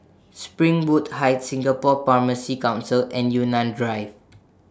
Springwood Heights Singapore Pharmacy Council and Yunnan Drive